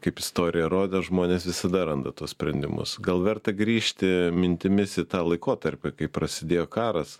kaip istorija rodo žmonės visada randa tuos sprendimus gal verta grįžti mintimis į tą laikotarpį kai prasidėjo karas